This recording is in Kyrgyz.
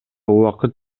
убакыт